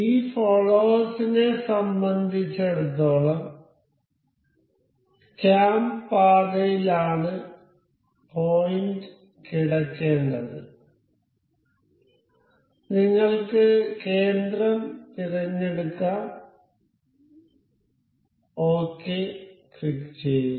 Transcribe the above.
ഈ ഫോള്ളോവെർസ് നെ സംബന്ധിച്ചിടത്തോളം ക്യാം പാതയിലാണ് പോയിന്റ് കിടക്കേണ്ടത് നിങ്ങൾക്ക് കേന്ദ്രം തിരഞ്ഞെടുക്കാം ഓകെ ക്ലിക്കുചെയ്യുക